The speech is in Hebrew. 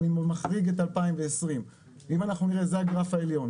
אני מחריג את 2020. זה הגרף העליון.